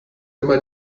immer